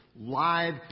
live